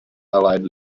allied